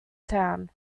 town